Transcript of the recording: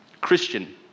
Christian